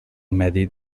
medi